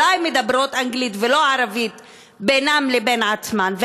אולי מדברות אנגלית ולא ערבית בינן לבין עצמן,